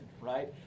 right